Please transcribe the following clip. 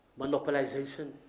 monopolization